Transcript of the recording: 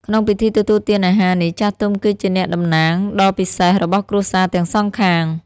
ក្នុងពិធីទទួលទានអាហារនេះ ចាស់ទុំគឺជា អ្នកតំណាង ដ៏សំខាន់របស់គ្រួសារទាំងសងខាង។